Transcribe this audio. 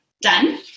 done